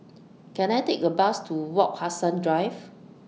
Can I Take A Bus to Wak Hassan Drive